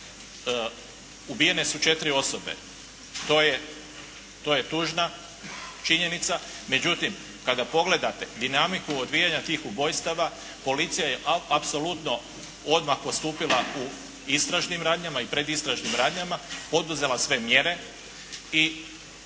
Ubijene su četiri osobe, to je tužna činjenica. Međutim, kada pogledate dinamiku odvijanja tih ubojstava, policija je apsolutno odmah postupila u istražnim radnjama i predistražnim radnjama, poduzela sve mjere i